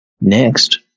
Next